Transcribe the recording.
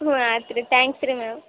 ಹ್ಞೂ ಆಯ್ತ್ ರೀ ತ್ಯಾಂಕ್ಸ್ ರೀ ಮ್ಯಾಮ್